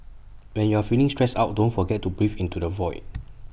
when you are feeling stressed out don't forget to breathe into the void